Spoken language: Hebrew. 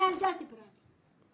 הילדה סיפרה לי.